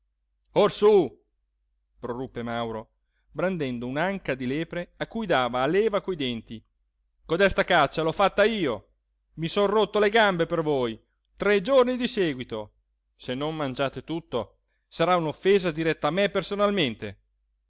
proruppe mauro brandendo un'anca di lepre a cui dava a leva coi denti codesta caccia l'ho fatta io i sono rotte le gambe per voi tre giorni di seguito se non mangiate tutto sarà un'offesa diretta a me personalmente